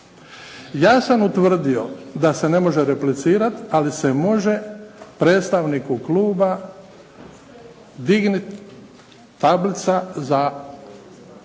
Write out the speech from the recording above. Ja sam utvrdio da se ne može replicirati, ali se može predstavniku kluba dignuti tablica za